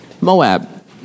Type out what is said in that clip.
Moab